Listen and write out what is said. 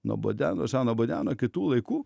nuo bodeno žano bodeno kitų laikų